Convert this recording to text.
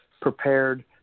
prepared